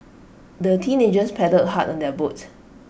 the teenagers paddled hard on their boat